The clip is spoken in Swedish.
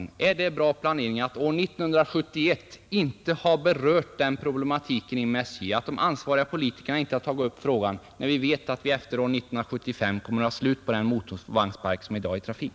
Det är uppseendeväckande att denna problematik ännu vid mitten av år 1971 inte har berörts inom SJ och det är ytterst allvarligt att de ansvariga politikerna inte tagit upp frågan. Vi vet ju i dag att vi efter 1975 kommer att ha slut på huvuddelen av den motorvagnspark som nu är i trafik.